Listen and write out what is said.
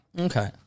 Okay